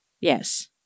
Yes